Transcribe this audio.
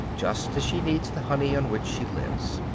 just as she needs the honey on which she lives.